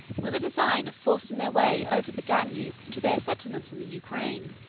with a design of forcing their way over the danube to their settlements in the ukraine.